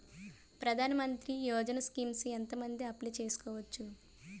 ప్రధాన మంత్రి యోజన స్కీమ్స్ ఎంత మంది అప్లయ్ చేసుకోవచ్చు?